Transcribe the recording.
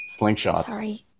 slingshots